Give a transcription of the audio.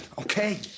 okay